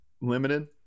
limited